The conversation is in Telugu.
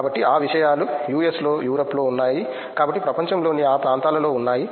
కాబట్టి ఆ విషయాలు యుఎస్ లో ఐరోపాలో ఉన్నాయి కాబట్టి ప్రపంచంలోని ఆ ప్రాంతాలలో ఉన్నాయి